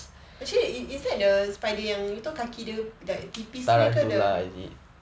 actually is is that the spider yang you tahu kaki dia like tipis ke ke dia